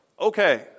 Okay